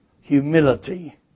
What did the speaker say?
humility